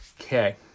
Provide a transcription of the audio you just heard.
Okay